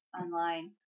online